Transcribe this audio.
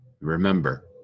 Remember